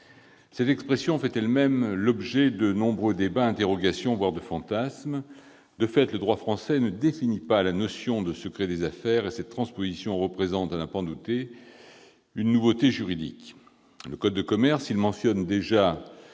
Cette expression fait en elle-même l'objet de nombreux débats, interrogations, voire fantasmes ... Le droit français ne définit pas la notion de secret des affaires ; cette transposition représente, à n'en pas douter, une nouveauté juridique. Le code de commerce, même s'il mentionne le